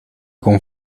con